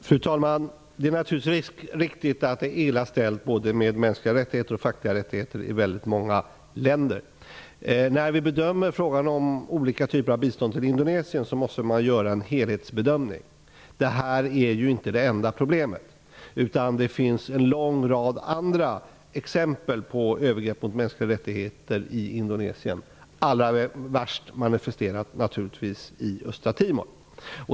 Fru talman! Det är naturligtvis riktigt att det är illa ställt både med mänskliga rättigheter och med fackliga rättigheter i väldigt många länder. När man bedömer frågan om olika typer av bistånd till Indonesien måste man göra en helhetsbedömning. Detta är ju inte det enda problemet, utan det finns en lång rad andra exempel på övergrepp mot mänskliga rättigheter i Indonesien, allra värst manifesterat i Östra Timor.